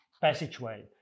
passageway